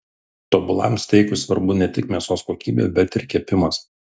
tobulam steikui svarbu ne tik mėsos kokybė bet ir kepimas